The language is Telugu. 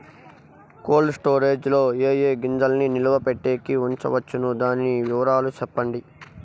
కోల్డ్ స్టోరేజ్ లో ఏ ఏ గింజల్ని నిలువ పెట్టేకి ఉంచవచ్చును? దాని వివరాలు సెప్పండి?